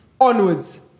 onwards